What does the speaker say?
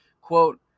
Quote